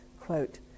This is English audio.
quote